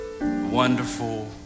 wonderful